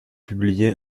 publié